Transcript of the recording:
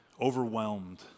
Overwhelmed